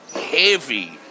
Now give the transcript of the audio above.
heavy